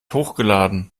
hochgeladen